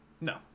No